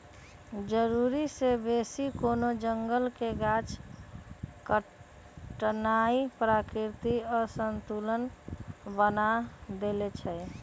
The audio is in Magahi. जरूरी से बेशी कोनो जंगल के गाछ काटनाइ प्राकृतिक असंतुलन बना देइछइ